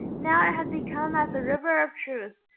now it had become as a river of truth,